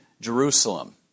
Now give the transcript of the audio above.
Jerusalem